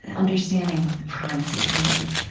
and understanding the primacy of melody?